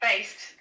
Based